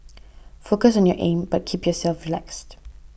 focus on your aim but keep yourself relaxed